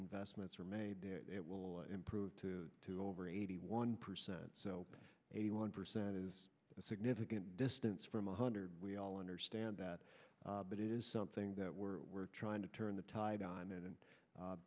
investments are made it will improve to over eighty one percent so eighty one percent is a significant distance from a hundred we all understand that but it is something that we're we're trying to turn the tide on and